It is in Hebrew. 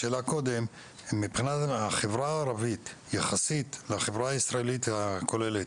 מבחינת החברה הערבית יחסית לחברה הישראלית הכוללת,